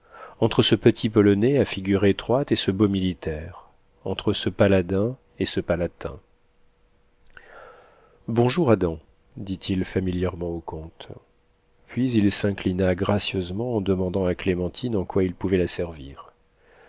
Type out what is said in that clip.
entre ce petit polonais à figure étroite et ce beau militaire entre ce paladin et ce palatin bonjour adam dit-il familièrement au comte puis il s'inclina gracieusement en demandant à clémentine en quoi il pouvait la servir